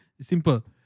Simple